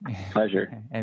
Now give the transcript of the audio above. Pleasure